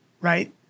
right